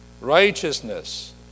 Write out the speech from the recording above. Righteousness